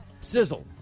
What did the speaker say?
Sizzle